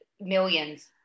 millions